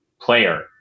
player